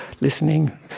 listening